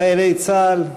לבין חיילי צה"ל,